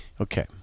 Okay